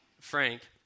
Frank